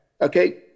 Okay